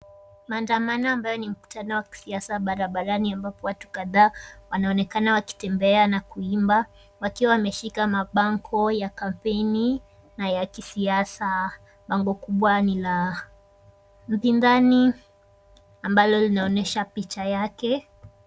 Maandamano ambayo ni mkutano wa kisiasa barabarani ambapo watu kadha wanaonekana wakitembea na kuimba, wakiwa wameshika mabango ya kampeni na ya kisiasa, bango kubwa ni la mpinzani, ambalo linaonyesha picha yake.